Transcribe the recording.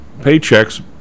paychecks